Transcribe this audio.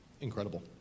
incredible